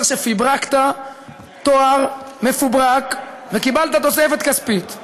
שפברקת תואר מפוברק וקיבלת תוספת כספית.